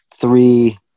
three